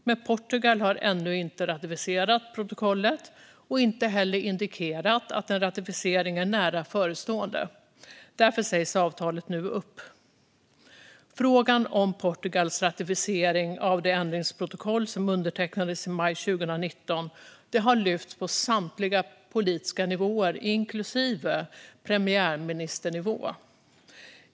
Men Portugal har ännu inte ratificerat protokollet och inte heller indikerat att en ratificering är nära förestående. Därför sägs avtalet nu upp. Frågan om Portugals ratificering av det ändringsprotokoll som undertecknades i maj 2019 har lyfts på samtliga politiska nivåer, inklusive premiärministernivå.